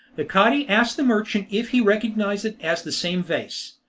the cadi asked the merchant if he recognised it as the same vase.